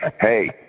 Hey